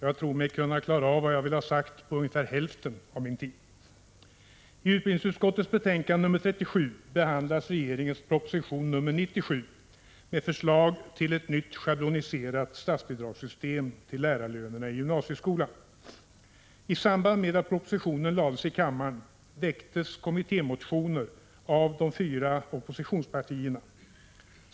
Jag tror mig kunna klara vad jag vill ha sagt på hälften av min anmälda tid. I samband med att propositionen lades i kammaren väcktes kommittémotioner av de fyra oppositionspartierna.